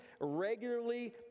regularly